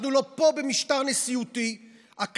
אנחנו לא במשטר נשיאותי פה.